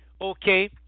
Okay